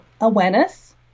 awareness